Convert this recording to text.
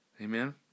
Amen